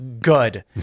good